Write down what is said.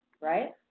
right